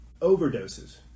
Overdoses